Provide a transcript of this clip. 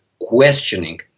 questioning